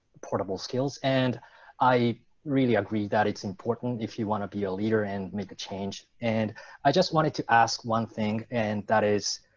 portable skills. and i really agreed that it's important if you want to be a leader and make change. and i just wanted to ask one thing and that is,